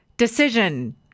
Decision